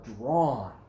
drawn